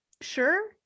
sure